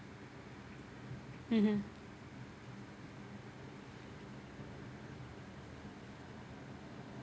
mmhmm